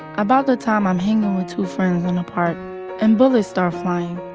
about the time i'm hanging with two friends in a park and bullets start flying.